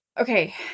Okay